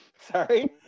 Sorry